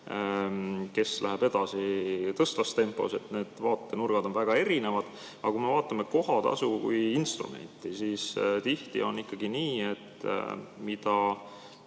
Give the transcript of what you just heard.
kes läheb edasi tõusvas tempos. Need vaatenurgad on väga erinevad. Aga kui me vaatame kohatasu kui instrumenti, siis tihti on ikkagi nii, et mida